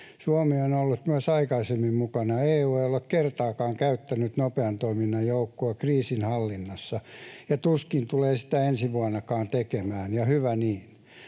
Suomi on ollut myös aikaisemmin mukana. EU ei ole kertaakaan käyttänyt nopean toiminnan joukkoja kriisinhallinnassa ja tuskin tulee sitä ensi vuonnakaan tekemään, ja hyvä niin.